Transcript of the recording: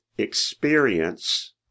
experience